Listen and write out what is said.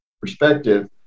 perspective